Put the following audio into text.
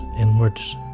inwards